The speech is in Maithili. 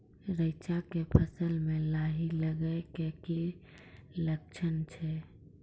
रैचा के फसल मे लाही लगे के की लक्छण छै?